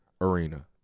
arena